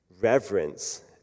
reverence